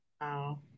wow